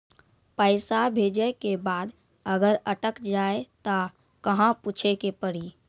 पैसा भेजै के बाद अगर अटक जाए ता कहां पूछे के पड़ी?